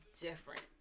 different